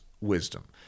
wisdom